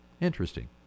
Interesting